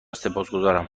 سپاسگذارم